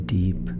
deep